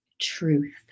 truth